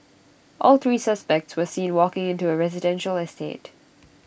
all three suspects were seen walking into A residential estate